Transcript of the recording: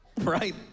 right